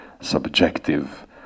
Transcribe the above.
subjective